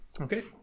Okay